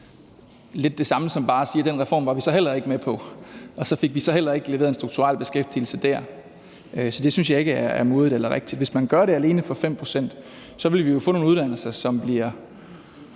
lidt det samme som at sige: Den reform var vi så heller ikke med på, og så fik vi heller ikke leveret en strukturel beskæftigelse der. Så det synes jeg ikke er modigt eller rigtigt. Hvis man gør det alene for 5 pct., vil man jo få nogle uddannelser, som for